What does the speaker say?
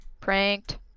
pranked